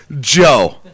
Joe